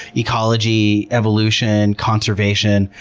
ecology, evolution, conservation.